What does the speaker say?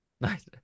Nice